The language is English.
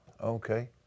okay